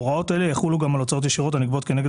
הוראות אלה יחולו גם על הוצאות ישירות הנגבות כנגד